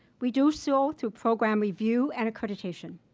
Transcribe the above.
we do so through program review and accreditation.